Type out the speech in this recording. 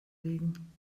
wegen